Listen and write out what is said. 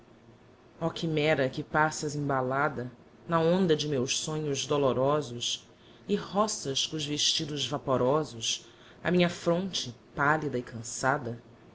unnennbare oh chimera que passas embalada na onda de meus sonhos dolorosos e roças co'os vestidos vaporosos a minha fronte pallida e cançada